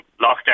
lockdown